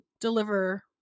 deliver